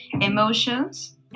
emotions